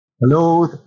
Hello